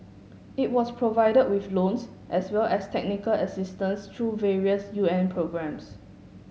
it was provided with loans as well as technical assistance through various U N programmes